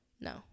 No